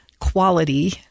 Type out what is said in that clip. quality